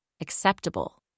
acceptable